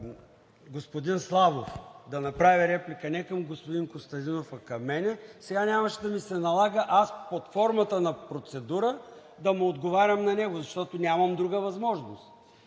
господин Славов да направи реплика не към господин Костадинов, а към мен – сега нямаше да ми се налага под формата на процедура да му отговарям, защото нямам друга възможност.